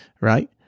Right